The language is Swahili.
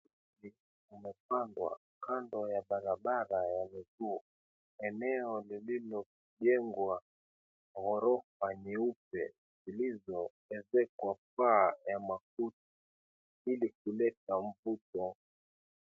Mti umepandwa kando ya barabara ya miguu. Eneo zilizojengwa ghorofa nyeupe zilizoezekwa paa ya makuti ili kuleta mvuto.